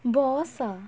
boss ah